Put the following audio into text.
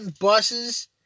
buses